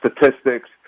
statistics